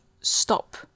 stop